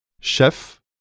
chef